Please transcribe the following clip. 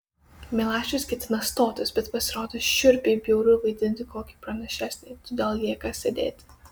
milašius ketina stotis bet pasirodo šiurpiai bjauru vaidinti kokį pranašesnį todėl lieka sėdėti